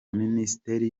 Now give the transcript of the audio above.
minisiteri